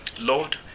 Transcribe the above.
Lord